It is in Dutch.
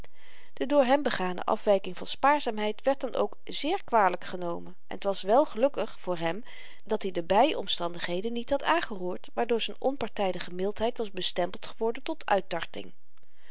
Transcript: de door hem begane afwyking van spaarzaamheid werd dan ook zeer kwalyk genomen en t was wel gelukkig voor hem dat-i de by omstandigheden niet had aangeroerd waardoor z'n onpartydige mildheid was bestempeld geworden tot